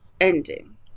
ending